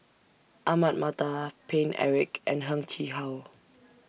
Ahmad Mattar Paine Eric and Heng Chee How